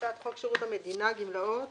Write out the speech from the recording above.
הצעת חוק שירות המדינה (גמלאות)